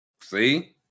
See